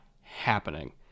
happening